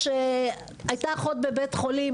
הייתה אחות בבית חולים,